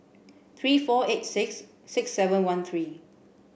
three four eight six six seven one three